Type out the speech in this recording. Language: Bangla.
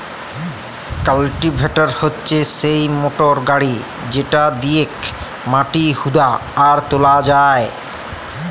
কাল্টিভেটর হচ্যে সিই মোটর গাড়ি যেটা দিয়েক মাটি হুদা আর তোলা হয়